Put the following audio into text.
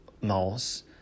mouse